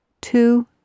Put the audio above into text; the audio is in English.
two